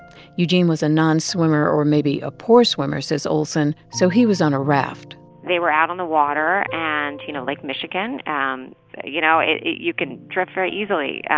eugene was a nonswimmer, or maybe a poor swimmer, says olson. so he was on a raft they were out on the water. and, you know, lake michigan and you know, you can drift very easily. yeah